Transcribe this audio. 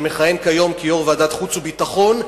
שמכהן כיום כיושב-ראש ועדת החוץ והביטחון,